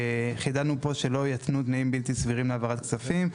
חידדנו פה שלא יתנו תנאים בלתי סבירים להעברת כספים,